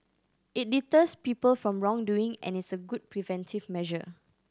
it deters people from wrongdoing and is a good preventive measure